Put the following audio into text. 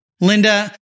Linda